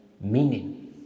meaning